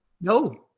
No